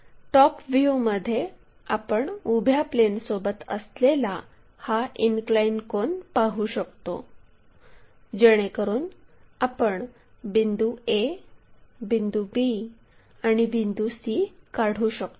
top व्ह्यूमध्ये आपण उभ्या प्लेनसोबत असलेला हा इनक्लाइन कोन पाहू शकतो जेणेकरुन आपण बिंदू a बिंदू b आणि बिंदू c काढू शकतो